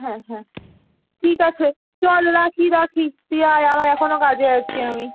হ্যাঁ হ্যাঁ ঠিক আছে চল রাখি রাখি তুই আয় আমার এখনো কাজে আছি আমি